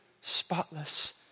spotless